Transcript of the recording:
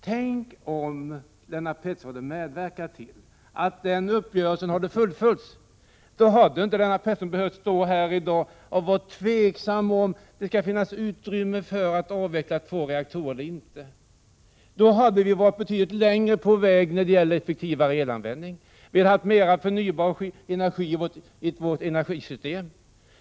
Tänk om Lennart Pettersson hade medverkat till att denna uppgörelse hade fullföljts, då hade inte Lennart Pettersson behövt stå här i dag och vara tveksam om det skall finnas utrymme för att avveckla två reaktorer eller inte. Då hade vi varit betydligt längre på väg när det gäller effektivare elanvändning och då hade mera förnybar energi ingått i vårt energisystem.